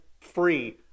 free